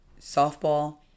Softball